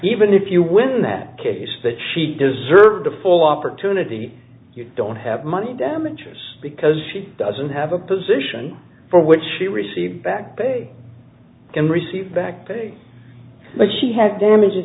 even if you win that case that she deserved a full opportunity you don't have money damages because she doesn't have a position for which she received back pay and receive back pay but she had damage